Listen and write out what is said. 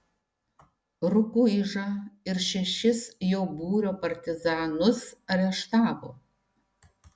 rukuižą ir šešis jo būrio partizanus areštavo